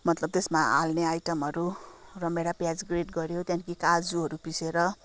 मतलब त्यसमा हाल्ने आइटमहरू रामभेँडा प्याज ग्रेड गऱ्यो त्यहाँदेखि काजुहरू पिसेर